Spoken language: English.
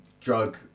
drug